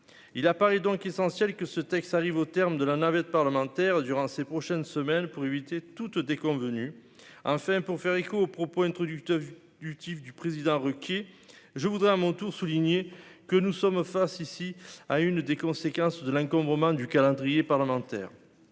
il a parlé donc essentiel que ce texte arrive au terme de la navette parlementaire durant ces prochaines semaines pour éviter toute déconvenue, enfin, pour faire écho aux propos introductif du type du président Ruquier je voudrais à mon tour souligner que nous sommes face ici à une des conséquences de l'encombrement du calendrier parlementaire,